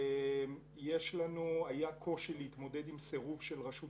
היה קושי להתמודד עם סירוב של רשות